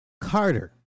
Carter